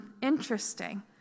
interesting